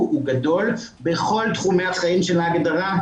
הוא גדול בכל תחומי החיים שבהגדרה,